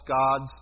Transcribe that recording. gods